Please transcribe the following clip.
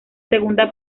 segunda